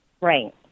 Right